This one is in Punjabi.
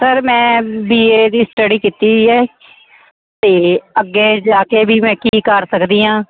ਸਰ ਮੈਂ ਬੀ ਏ ਦੀ ਸਟੱਡੀ ਕੀਤੀ ਹੈ ਅਤੇ ਅੱਗੇ ਜਾ ਕੇ ਵੀ ਮੈਂ ਕੀ ਕਰ ਸਕਦੀ ਹਾਂ